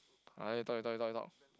ah you talk you talk you talk